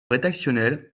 rédactionnelle